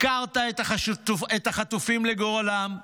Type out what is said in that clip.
הפקרת את החטופים לגורלם,